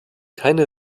keine